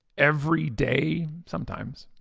every day, sometimes,